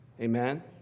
Amen